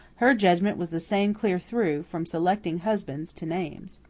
her judgment was the same clear through, from selecting husbands to names.